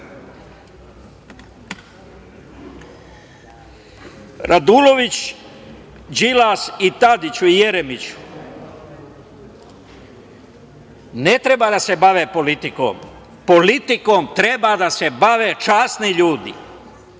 miliona?“Radulović, Đilas, Tadić i Jeremić ne treba da se bave politikom. Politikom treba da se bave časni ljudi,